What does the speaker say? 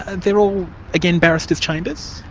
and they're all again, barristers' chambers?